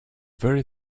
very